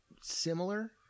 similar